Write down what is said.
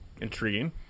Intriguing